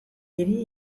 hiri